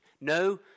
No